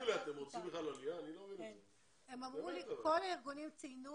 כל הארגונים ציינו